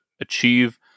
achieve